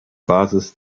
basis